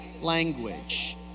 language